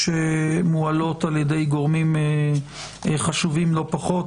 שמועלות על ידי גורמים חשובים לא פחות,